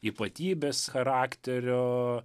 ypatybės charakterio